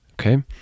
Okay